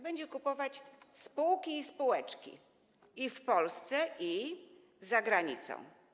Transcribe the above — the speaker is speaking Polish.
Będzie kupować spółki i spółeczki i w Polsce, i za granicą.